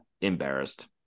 embarrassed